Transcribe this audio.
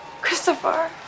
Christopher